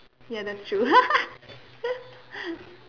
ya that's true